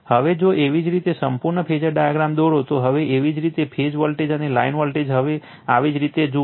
હવે જો એવી જ રીતે સંપૂર્ણ ફેઝર ડાયાગ્રામ દોરો તો હવે એવી જ રીતે ફેઝ વોલ્ટેજ અને લાઇન વોલ્ટેજ હવે આવી જ રીતે જુઓ